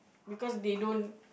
because they don't